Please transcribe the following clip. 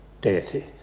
deity